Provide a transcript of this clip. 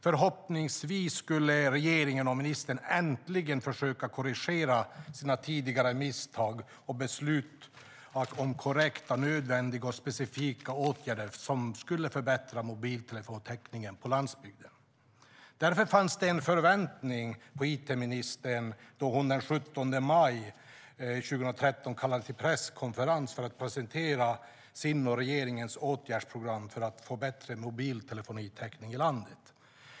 Förhoppningsvis skulle regeringen och ministern äntligen försöka korrigera sina tidigare misstag och besluta om korrekta, nödvändiga och specifika åtgärder som skulle förbättra mobiltelefonitäckningen på landsbygden. Därför fanns det förväntningar på it-ministern då hon den 17 maj 2013 kallade till presskonferens för att presentera sitt och regeringens åtgärdsprogram för att få bättre mobiltelefonitäckning i landet.